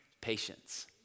patience